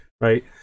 right